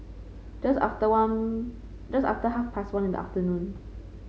just after one just after half past one in the afternoon